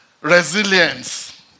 resilience